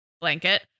blanket